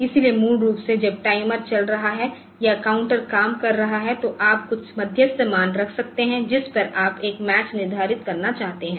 इसलिए मूल रूप से जब टाइमर चल रहा है या काउंटर काम कर रहा है तो आप कुछ मध्यस्थ मान रख सकते हैं जिस पर आप एक मैच निर्धारित करना चाहते हैं